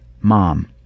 mom